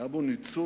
היה בו ניצוץ